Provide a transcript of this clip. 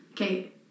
Okay